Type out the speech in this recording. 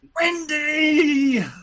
Wendy